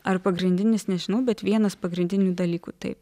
ar pagrindinis nežinau bet vienas pagrindinių dalykų taip